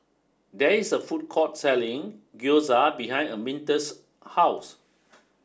there is a food court selling Gyoza behind Arminta's house